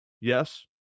yes